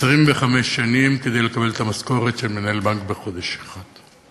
25 שנים כדי לקבל את המשכורת של מנהל בנק בחודש אחד.